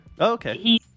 Okay